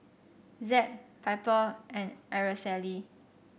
Zeb Piper and Araceli